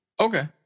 Okay